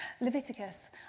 Leviticus